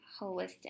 holistic